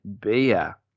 Beer